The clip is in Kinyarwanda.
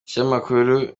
ikinyamakuru